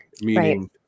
meaning